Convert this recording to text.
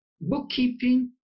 bookkeeping